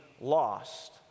lost